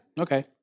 Okay